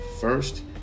First